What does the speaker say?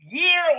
year